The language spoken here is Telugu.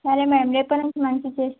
సరే మేడం రేపట్నుంచి మంచిగా చేస్తా